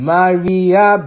Maria